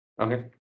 Okay